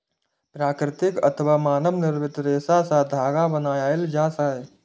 प्राकृतिक अथवा मानव निर्मित रेशा सं धागा बनायल जाए छै